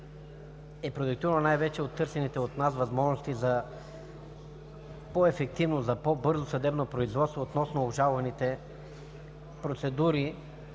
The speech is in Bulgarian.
са продиктувани най-вече от търсените от нас възможности за по-ефективно, за по-бързо съдебно производство относно обжалваните екологични